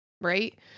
Right